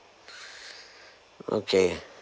okay